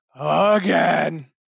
again